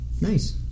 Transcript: nice